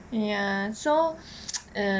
ya so err